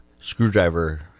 screwdriver